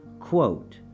Quote